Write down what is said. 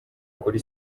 kuri